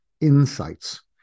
insights